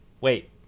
wait